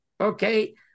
okay